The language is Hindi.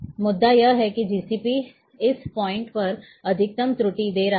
मुद्दा यह है कि GCP इस पॉइंट पर अधिकतम त्रुटि दे रहा है